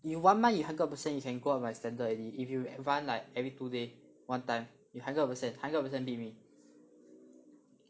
in one month you hundred percent can go up my standard already if you run like every two day one time you hundred percent hundred percent beat me